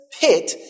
pit